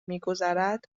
میگذرد